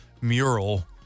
mural